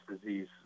disease